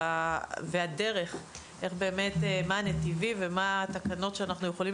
ולדרך מה הנתיבים ומה התקנות שאנחנו יכולים